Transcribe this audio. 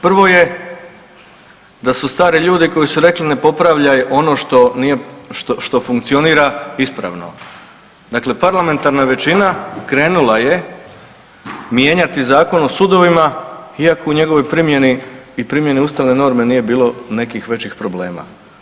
Prvo je da su stari ljudi koji su rekli ne popravljaj ono što funkcionira ispravno, dakle parlamentarna većina krenula je mijenjati Zakon o sudovima, iako u njegovoj primjeni i primjeni ustavne norme nije bilo nekih većih problema.